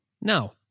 No